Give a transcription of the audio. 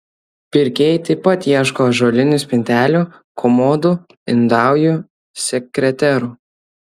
pirkėjai taip pat ieško ąžuolinių spintelių komodų indaujų sekreterų